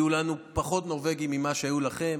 יהיו לנו פחות נורבגים ממה שהיו לכם,